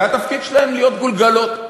זה התפקיד שלהם, להיות גולגולות.